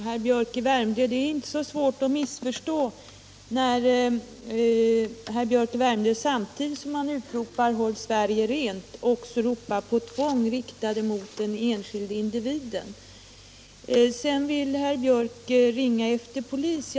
Herr talman! Det är inte så svårt att missförstå herr Biörck i Värmdö, när han samtidigt som han utropar ”Håll Sverige Rent” också ropar på tvångsåtgärder riktade mot den enskilde individen. Herr Biörck vill ringa efter polisen.